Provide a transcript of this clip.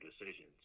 decisions